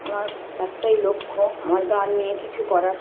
আমার একটাই লক্ষ্য আমার গান নিয়ে কিছু করার